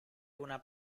una